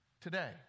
today